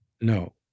No